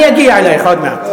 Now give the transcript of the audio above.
אני אגיע אלייך עוד מעט.